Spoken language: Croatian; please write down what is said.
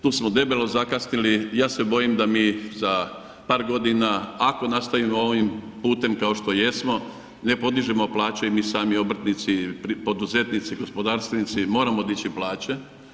Tu smo debelo zakasnili i ja se bojim da mi za par godina ako nastavimo ovim putem kao što jesmo ne podižemo plaće i mi sami obrtnici poduzetnici, gospodarstvenici moramo dići plaće.